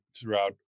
throughout